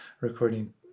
recording